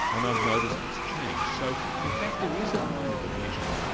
and i've noticed it's changed. so in fact there is a kind of a measurement.